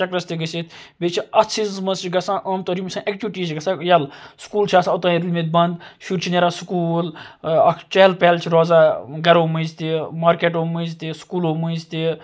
چَکرَس تہِ گژھِتھ بیٚیہِ چھِ اتھ سیٖزنَس مَنٛز چھ گژھان عام طور ایٚکٹِوِٹیٖز چھِ گژھان یَلہٕ سکوٗل چھِ آسان اوٚتام روٗدمٕتۍ بند شُرۍ چھِ نیران سکوٗل اکھ چہل پہل چھِ روزان گَرو مٔنٛزۍ تہِ مارکیٚٹو مٔنٛزۍ تہِ سکوٗلو مٔنٛزۍ تہِ